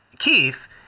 Keith